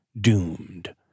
doomed